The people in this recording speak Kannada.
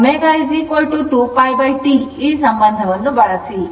ω 2π T ಈ ಸಂಬಂಧವನ್ನು ಬಳಸಿ